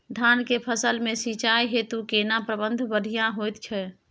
धान के फसल में सिंचाई हेतु केना प्रबंध बढ़िया होयत छै?